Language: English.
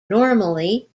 normally